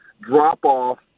drop-off